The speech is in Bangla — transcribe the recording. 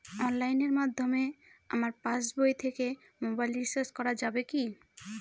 অনলাইনের মাধ্যমে আমার পাসবই থেকে মোবাইল রিচার্জ করা যাবে কি?